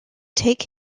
take